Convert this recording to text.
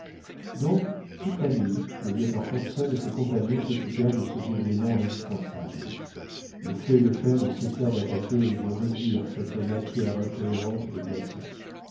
donc toute la nuit le lieutenant hobson et ses compagnons s'occupèrent de ce déblaiement indispensable le feu et le fer ne cessèrent d'attaquer et de réduire cette matière incohérente des glaçons